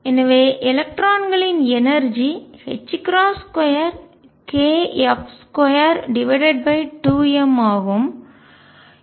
எனவே எலக்ட்ரான்களின் எனர்ஜிஆற்றல் 2kF22m ஆகும்